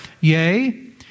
Yea